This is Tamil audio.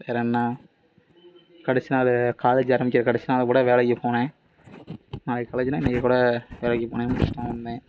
வேறு என்ன கடைசி நாள் காலேஜு ஆரம்பிக்கின்ற கடைசி நாள் கூட வேலைக்குப் போனேன் நாளைக்கு காலேஜ்னா இன்றைக்கிக் கூட வேலைக்கு போனேன் முடிச்சுட்டு தான் வந்தேன்